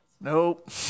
Nope